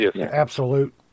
absolute